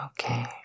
okay